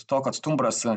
to kad stumbras